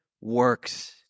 works